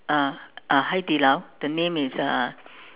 ah ah Hai-Di-Lao the name is uh